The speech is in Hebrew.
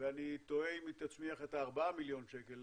ואני תוהה אם היא תצמיח את הארבעה מיליארד שקל